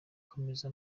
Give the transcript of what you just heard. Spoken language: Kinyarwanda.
komeza